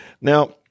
Now